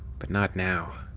but not now,